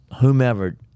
whomever